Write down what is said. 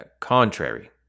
contrary